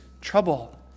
trouble